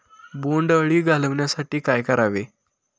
बोंडअळी घालवण्यासाठी काय करावे?